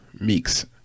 Meeks